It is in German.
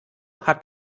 hat